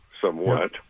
somewhat